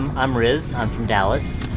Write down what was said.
i'm riz, i'm from dallas,